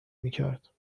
میکرد